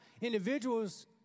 individuals